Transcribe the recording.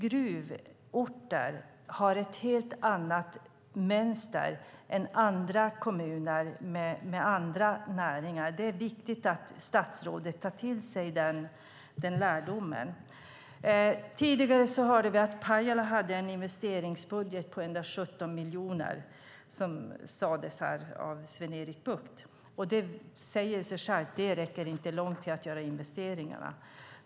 Gruvorter har ett helt annat mönster än andra kommuner med andra näringar. Det är viktigt att statsrådet tar till sig den lärdomen. Tidigare hörde vi av Sven-Erik Bucht att Pajala hade en investeringsbudget på 117 miljoner, och det säger sig självt att det inte räcker långt för att göra investeringarna.